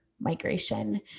migration